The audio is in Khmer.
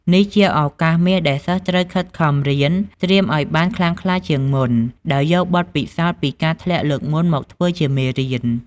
នេះជាឱកាសមាស ដែលសិស្សត្រូវខិតខំរៀនត្រៀមឲ្យបានខ្លាំងក្លាជាងមុន ដោយយកបទពិសោធន៍ពីការធ្លាក់លើកមុនមកធ្វើជាមេរៀន។